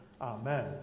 Amen